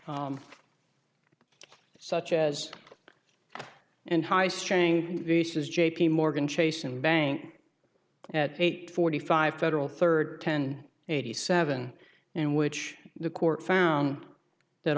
such as and high straying pieces j p morgan chase and bank at eight forty five federal third ten eighty seven and which the court found that